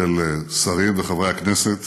של שרים וחברי הכנסת